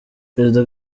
perezida